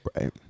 right